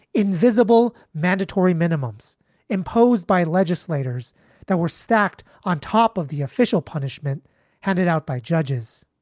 invisible mandatory minimums imposed by legislators that were stacked on top of the official punishment handed out by judges.